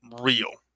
real